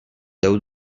déu